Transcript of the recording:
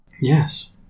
Yes